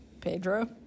Pedro